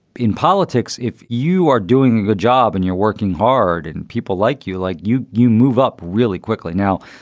in politics, if you are doing the job and you're working hard and people like you, like you, you move up really quickly now.